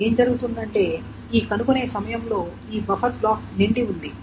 ఏమి జరుగుతుందంటే ఈ కనుగొనే సమయంలో ఈ బఫర్ బ్లాక్ నిండి ఉంది